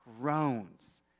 groans